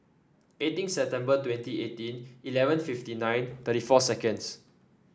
eighteen September twenty eighteen eleven fifty nine thirty four seconds